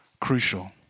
crucial